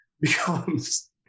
becomes